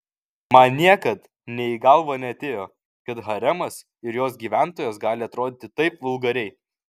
man niekad nė į galvą neatėjo kad haremas ir jos gyventojos gali atrodyti taip vulgariai